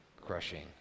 crushing